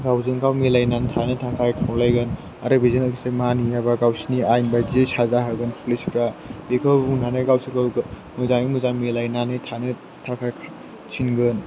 गावजों गाव मिलायनानै थानो थाखाय खावलायगोन आरो बेजों लोगोसे मानियाबा गावसोरनि आइन बायदियै साजा होगोन पुलिसफोरा बेखौ बुंनानै गावसोरखौ मोजाङै मोजां मिलायनानै थानो थाखाय थिनगोन